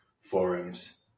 forums